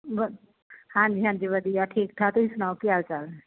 ਬਸ ਹਾਂਜੀ ਹਾਂਜੀ ਵਧੀਆ ਠੀਕ ਠਾਕ ਤੁਸੀਂ ਸੁਣਾਓ ਕੀ ਹਾਲ ਚਾਲ